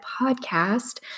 podcast